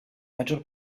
maggior